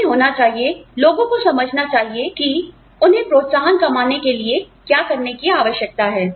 उन्हें होना चाहिए लोगों को समझना चाहिए कि उन्हें प्रोत्साहन कमाने के लिए क्या करने की आवश्यकता है